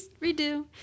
redo